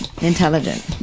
Intelligent